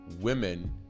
women